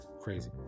Crazy